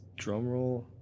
drumroll